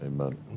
Amen